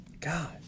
God